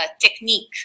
technique